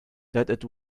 that